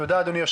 תודה אדוני.